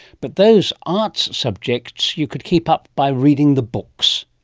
but those arts subjects, you could keep up by reading the books.